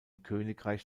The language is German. königreich